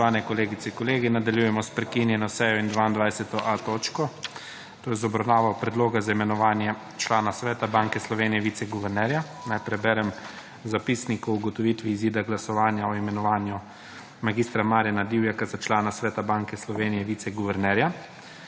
Spoštovane kolegice in kolegi! Nadaljujemo s prekinjeno 22.a točko, to je z obravnavo Predloga za imenovanje člana Sveta Banke Slovenije ‒ viceguvernerja. Naj preberem zapisnik o ugotovitvi izida glasovanja o imenovanju mag. Marjana Divjaka za člana Sveta Banke Slovenije – viceguvernerja: